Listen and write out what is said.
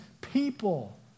people